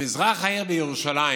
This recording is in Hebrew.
במזרח העיר בירושלים